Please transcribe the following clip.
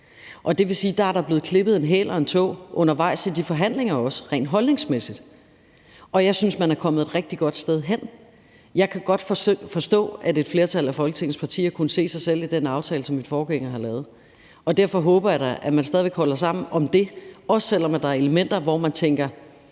det vil sige, at der da er blevet klippet en hæl og hugget en tå undervejs i de forhandlinger også rent holdningsmæssigt, og jeg synes, man er kommet et rigtig godt sted hen. Jeg kan godt forstå, at et flertal af Folketingets partier kunne se sig selv i den aftale, som min forgænger har lavet, og derfor håber jeg da, at man stadig væk holder sammen om det, også selv om der er elementer, hvor man tænker: